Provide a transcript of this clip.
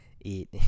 eat